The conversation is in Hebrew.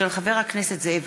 מאת חברי הכנסת עמרם